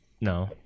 No